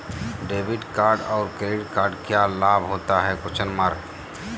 Debit card और credit card क्या लाभ होता है?